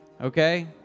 Okay